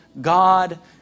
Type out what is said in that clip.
God